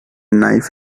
knife